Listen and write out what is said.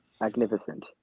magnificent